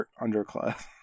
underclass